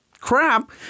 crap